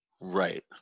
Right